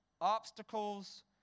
obstacles